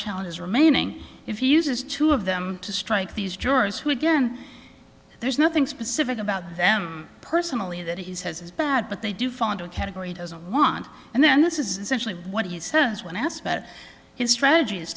challenges remaining if he uses two of them to strike these jurors who again there's nothing specific about them personally that he says is bad but they do fall into a category doesn't want and then this is essentially what he says when asked about his strategy is